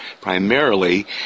primarily